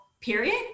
period